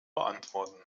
beantworten